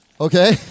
okay